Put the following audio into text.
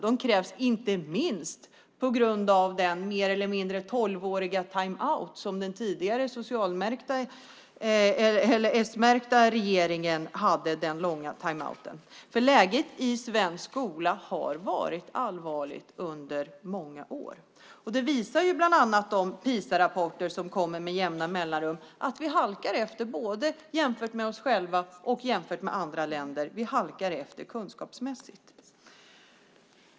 De krävs inte minst på grund av den mer eller mindre tolvåriga timeout som den tidigare s-märkta regeringen hade. Läget i svensk skola har varit allvarligt under många år. Bland annat de PISA-rapporter som kommer med jämna mellanrum visar att vi halkar efter kunskapsmässigt både jämfört med oss själva och jämfört med andra länder.